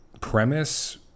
premise